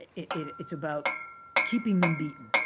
it's about keeping them beaten,